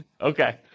Okay